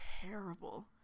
terrible